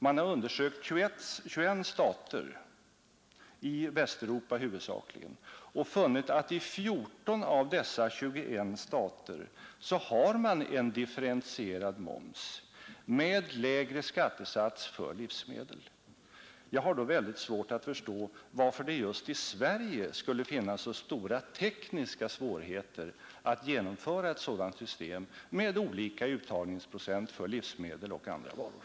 Man har undersökt 21 stater, huvudsakligen i Västeuropa, och funnit att 14 av dessa 21 stater har en differentierad moms med lägre skattesats för livsmedel. Jag har då väldigt svårt att förstå varför det just i Sverige skulle möta så stora tekniska svårigheter att genomföra ett sådant system med olika uttagningsprocent för livsmedel och andra varor.